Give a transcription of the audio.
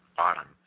bottom